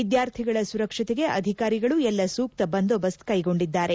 ವಿದ್ವಾರ್ಥಿಗಳ ಸುರಕ್ಷತೆಗೆ ಅಧಿಕಾರಿಗಳು ಎಲ್ಲ ಸೂಕ್ತ ಬಂದೋಬಸ್ತ್ ಕೈಗೊಂಡಿದ್ದಾರೆ